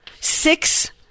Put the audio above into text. six